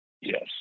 yes